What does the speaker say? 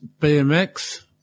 BMX